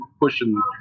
pushing